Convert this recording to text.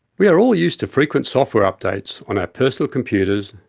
we are all used to frequent software updates on our personal computers,